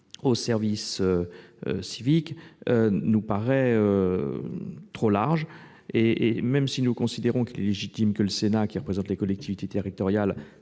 au service civique, nous paraît excessif. Même si nous considérons qu'il est légitime que le Sénat, qui représente les collectivités territoriales,